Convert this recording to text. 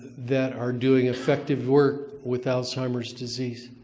that are doing effective work with alzheimer's disease.